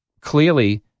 Clearly